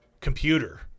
computer